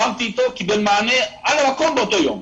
והוא קיבל מענה על המקום באותו יום.